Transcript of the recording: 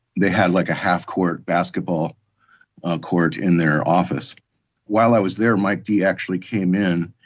they had like a half court basketball court in their office while i was there might be actually came in.